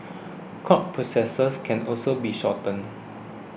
court processes can also be shortened